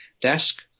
desk